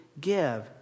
give